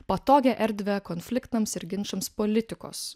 patogią erdvę konfliktams ir ginčams politikos